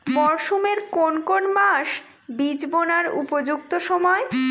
মরসুমের কোন কোন মাস বীজ বোনার উপযুক্ত সময়?